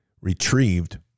retrieved